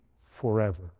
forever